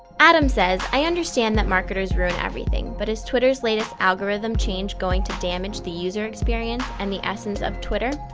adam says, i understand that marketers ruin everything, but is twitter's latest algorithm change going to damage the user experience and the essence of twitter?